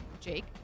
Jake